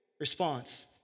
Response